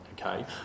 Okay